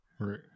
Right